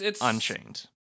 Unchained